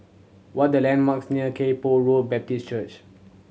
what the landmarks near Kay Poh Road Baptist Church